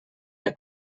der